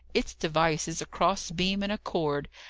its device is a cross beam and a cord,